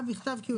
אם